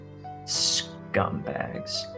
Scumbags